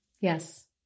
Yes